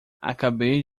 acabei